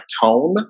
tone